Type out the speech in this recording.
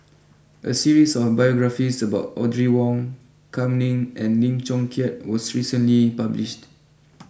a series of biographies about Audrey Wong Kam Ning and Lim Chong Keat was recently published